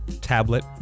tablet